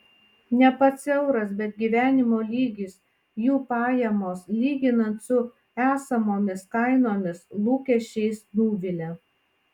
ne pats euras bet gyvenimo lygis jų pajamos lyginant su esamomis kainomis lūkesčiais nuvilia